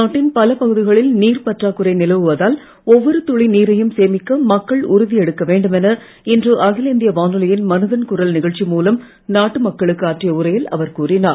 நாட்டின் பல பகுதிகளில் நீர் பற்றாக்குறை நிலவுவதால் ஒவ்வொரு துளி நீரையும் சேமிக்க மக்கள் உறுதி ஏற்க வேண்டுமென இன்று அகில இந்திய வானொலியன் மனதின் குரல் நிகழ்ச்சி மூலம் நாட்டு மக்களுக்கு ஆற்றிய உரையில் அவர் கூறினார்